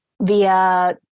via